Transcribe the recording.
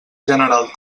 general